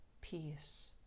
peace